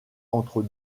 entre